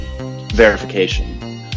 verification